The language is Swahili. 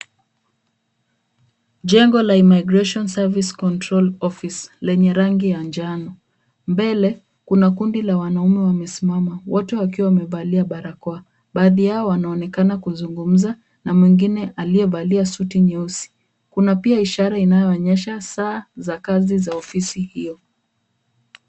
Jengo la Immigration Service Control Office lenye rangi ya njano, mbele kuna kundi la wanaume wamesimama wote wakiwa wamevalia barakoa. Baadhi yao wanaonekana kuzungumza na mwingine aliyevalia suti nyeusi. Kuna pia ishara inaonyesha saa za kazi za ofisi hiyo.